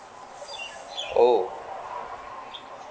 oh